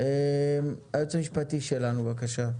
בבקשה.